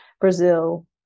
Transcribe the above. Brazil